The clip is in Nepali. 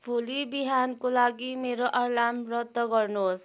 भोलि बिहानको लागि मेरो अलार्म रद्द गर्नुहोस्